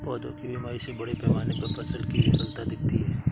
पौधों की बीमारी से बड़े पैमाने पर फसल की विफलता दिखती है